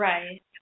Right